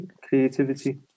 creativity